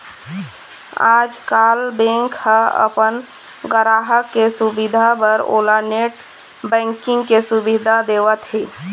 आजकाल बेंक ह अपन गराहक के सुबिधा बर ओला नेट बैंकिंग के सुबिधा देवत हे